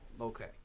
Okay